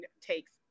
takes